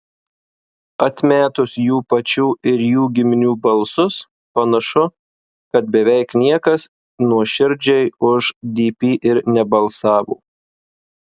atmetus jų pačių ir jų giminių balsus panašu kad beveik niekas nuoširdžiai už dp ir nebalsavo